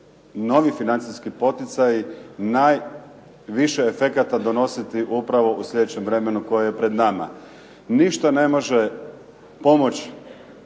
novi financijski poticaji najviše efekata donositi upravo u sljedećem vremenu koje je pred nama. Ništa ne može pomoći